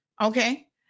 Okay